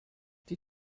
die